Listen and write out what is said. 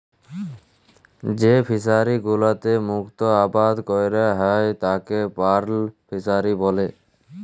যেই ফিশারি গুলোতে মুক্ত আবাদ ক্যরা হ্যয় তাকে পার্ল ফিসারী ব্যলে